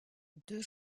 deux